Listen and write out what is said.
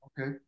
okay